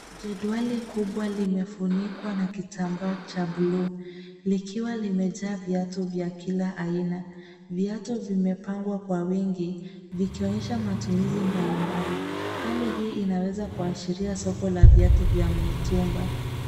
Jedwali kubwa limefunikwa na kitambaa cha bluu likiwa limejaa viatu vya kila aina , viatu vimepangwa kwa wingi vikionyesha matumizi mbalimbali, hali hii inaweza kuashiria soko la viatu vya mitumba.